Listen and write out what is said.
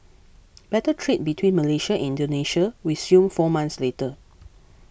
barter trade between Malaysia Indonesia resumed four months later